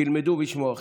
שילמדו וישמעו אחרים.